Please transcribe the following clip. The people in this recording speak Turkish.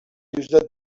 yüzde